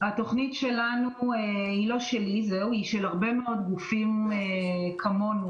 התוכנית שלנו היא של הרבה גופים כמונו.